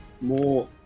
More